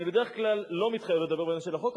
אני בדרך כלל לא מתחייב לדבר בעניין של החוק,